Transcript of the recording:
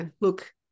Look